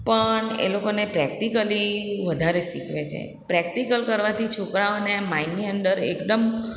પણ એ લોકોને પ્રેક્ટિકલી વધારે શીખવે છે પ્રેક્ટિકલ કરવાથી છોકરાઓને માઇન્ડની અંદર એકદમ